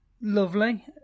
Lovely